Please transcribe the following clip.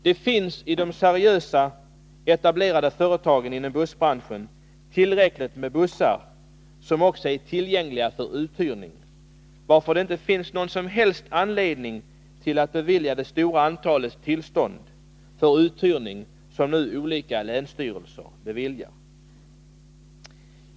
Det finns i de seriösa etablerade företagen inom bussbranschen tillräckligt med bussar som också är tillgängliga för uthyrning, varför det inte finns någon som helst anledning att bevilja det stora antal tillstånd till uthyrning som olika länsstyrelser nu beviljar.